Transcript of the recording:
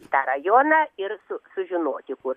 tą rajoną ir su sužinoti kur